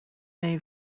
may